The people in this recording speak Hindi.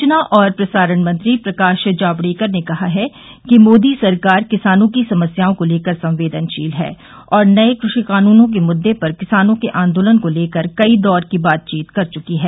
सुचना और प्रसारण मंत्री प्रकाश जावडेकर ने कहा है कि मोदी सरकार किसानों की समस्याओं को लेकर संवेदनशील है और नए कृषि कानूनों के मुद्दे पर किसानों के आंदोलन को लेकर कई दौर की बातचीत कर चुकी है